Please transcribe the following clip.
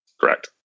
Correct